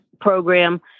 program